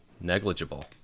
negligible